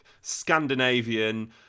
Scandinavian